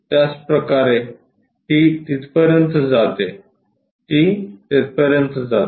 त्याचप्रकारेती तेथपर्यंत जाते ती तेथपर्यंत जाते